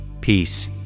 peace